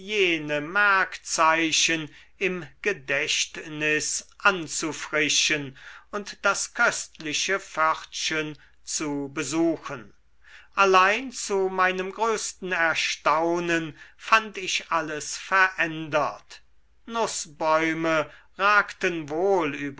jene merkzeichen im gedächtnis anzufrischen und das köstliche pförtchen zu beschauen allein zu meinem größten erstaunen fand ich alles verändert nußbäume ragten wohl